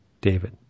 David